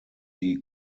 die